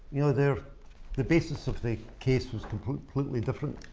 you know, they're the basis of the case was completely different.